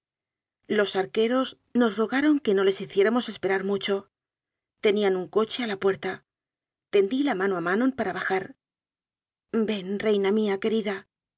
los arqueros nos rogaron que no les hiciéramos esperar mucho tenían un coche a la puerta tendí la mano a manon para bajar ven reina mía queridale